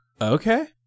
Okay